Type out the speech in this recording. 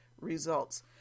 results